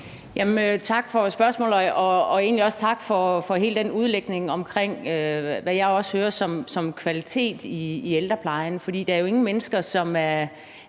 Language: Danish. Tak for spørgsmålet, og egentlig også tak for hele den udlægning af – sådan som jeg hører det – kvalitet i ældreplejen. For der er jo ingen mennesker, som